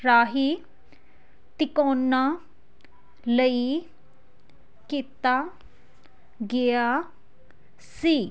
ਰਾਹੀਂ ਤਿਕੋਨਾ ਲਈ ਕੀਤਾ ਗਿਆ ਸੀ